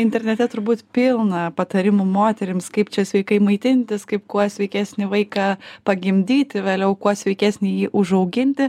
internete turbūt pilna patarimų moterims kaip čia sveikai maitintis kaip kuo sveikesnį vaiką pagimdyti vėliau kuo sveikesnį jį užauginti